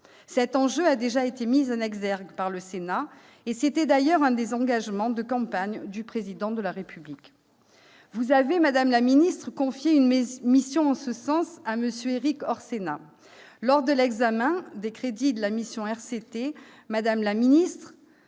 Cet enjeu a déjà été mis en exergue par le Sénat et c'était d'ailleurs l'un des engagements de campagne du Président de la République. Vous avez, madame la ministre, confié une mission en ce sens à M. Érik Orsenna. Lors de l'examen des crédits de la mission « Relations